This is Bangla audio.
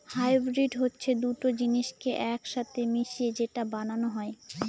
হাইব্রিড হচ্ছে দুটো জিনিসকে এক সাথে মিশিয়ে যেটা বানানো হয়